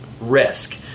risk